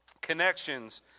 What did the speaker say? connections